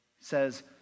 says